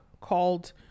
called